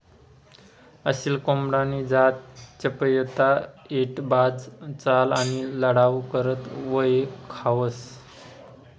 असील कोंबडानी जात चपयता, ऐटबाज चाल आणि लढाऊ करता वयखावंस